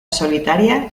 solitaria